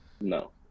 No